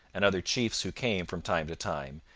and other chiefs who came from time to time,